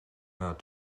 about